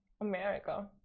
america